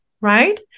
right